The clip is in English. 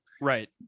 Right